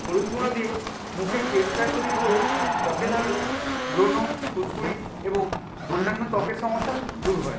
হলুদ গুঁড়ো দিয়ে মুখের ফেস প্যাক তৈরি করে ত্বকে লাগালে ব্রনো ফুসকুড়ি এবং অন্যান্য ত্বকের সমস্যা দূর হয়